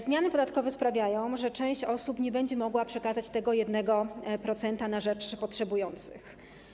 Zmiany podatkowe sprawiają, że część osób nie będzie mogła przekazać tego 1% na rzecz potrzebujących.